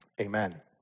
Amen